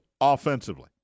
offensively